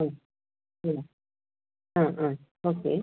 ആ ഇല്ല ആ ആ ഓക്കെ